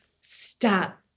stop